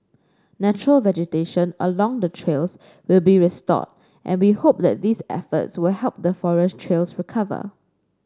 natural vegetation along the trails will be restored and we hope that these efforts will help the forest trails recover